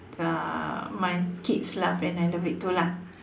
uh my kids love and I love it too lah